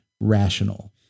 rational